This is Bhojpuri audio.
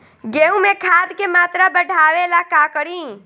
गेहूं में खाद के मात्रा बढ़ावेला का करी?